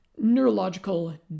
neurological